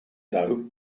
though